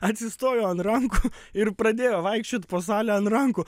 atsistojo ant rankų ir pradėjo vaikščiot po salę ant rankų